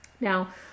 Now